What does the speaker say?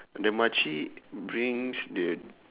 the makcik brings the